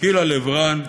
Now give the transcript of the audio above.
גילה לב-רון,